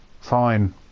Fine